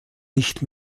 nicht